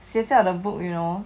学校的 book you know